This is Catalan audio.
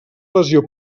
lesió